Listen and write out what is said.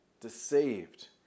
deceived